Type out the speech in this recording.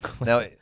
now